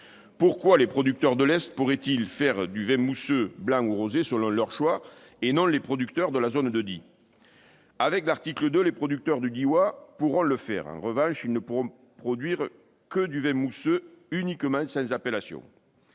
Pourquoi les producteurs de l'Est pourraient-ils faire du vin mousseux blanc ou rosé selon leur choix et non les producteurs de la zone de Die ? L'article 2 permettra aux producteurs du Diois pourront le faire. En revanche, ils ne pourront produire que du vin mousseux rosé sans appellation.